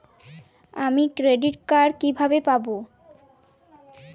আমি credit card কিভাবে পাবো?